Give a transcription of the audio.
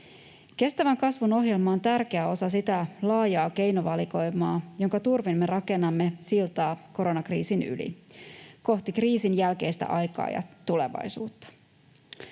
Kestävän kasvun ohjelma on tärkeä osa sitä laajaa keinovalikoimaa, jonka turvin me rakennamme siltaa koronakriisin yli kohti kriisin jälkeistä aikaa ja tulevaisuutta.